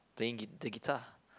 playing gui~ the guitar